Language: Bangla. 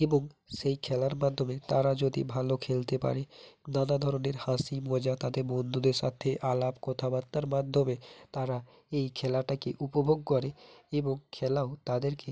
এবং সেই খেলার মাধ্যমে তারা যদি ভালো খেলতে পারে নানা ধরনের হাসি মজা তাদের বন্ধুদের সাথে আলাপ কথাবার্তার মাধ্যমে তারা এই খেলাটাকে উপভোগ করে এবং খেলাও তাদেরকে